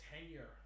tenure